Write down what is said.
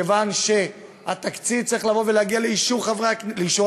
מכיוון שהתקציב צריך לבוא ולהגיע לאישור הממשלה,